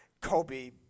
Kobe